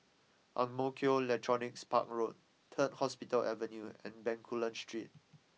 Ang Mo Kio Electronics Park Road Third Hospital Avenue and Bencoolen Street